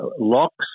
locks